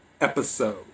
episode